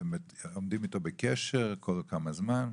אתם עומדים איתו בקשר כל כמה זמן?